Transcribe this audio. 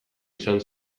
izan